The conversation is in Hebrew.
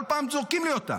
כל פעם זורקים לי אותה.